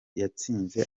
yatsinze